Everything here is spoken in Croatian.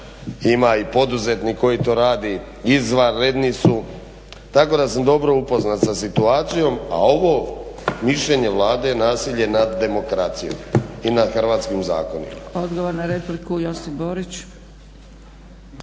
Ima i poduzetnik koji to radi, izvanredni su, tako da sam dobro upoznat sa situacijom. A ovo mišljenje Vlade je nasilje nad demokracijom i nad hrvatskim zakonima.